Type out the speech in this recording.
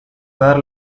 dar